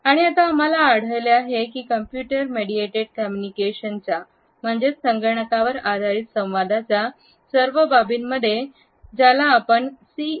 आणि आता आम्हाला आढळले आहे की कॉम्प्यूटर मेडिएटेड कम्युनिकेशनच्या संगणकावर आधारित संवाद सर्व बाबींमध्ये ज्याला आपण सी